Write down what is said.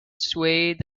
swayed